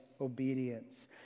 obedience